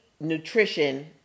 nutrition